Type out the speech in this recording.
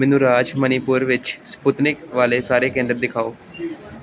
ਮੈਨੂੰ ਰਾਜ ਮਣੀਪੁਰ ਵਿੱਚ ਸਪੁਟਨਿਕ ਵਾਲੇ ਸਾਰੇ ਕੇਂਦਰ ਦਿਖਾਓ